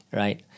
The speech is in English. right